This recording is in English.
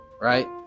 Right